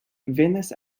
venas